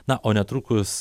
na o netrukus